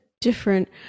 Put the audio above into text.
different